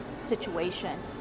situation